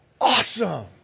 Awesome